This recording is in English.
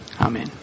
Amen